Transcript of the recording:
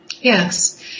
Yes